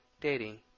dating